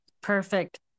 Perfect